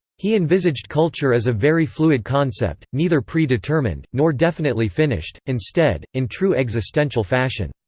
he envisaged culture as a very fluid concept neither pre-determined, nor definitely finished instead, in true existential fashion,